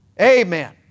Amen